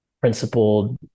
principled